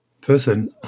person